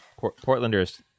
Portlanders